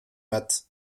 maths